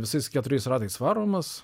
visais keturiais ratais varomas